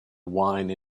wine